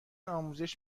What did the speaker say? آموزش